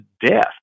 death